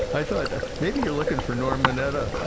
i thought maybe you're looking for norm mineta.